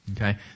Okay